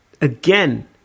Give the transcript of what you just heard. again